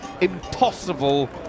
impossible